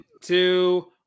two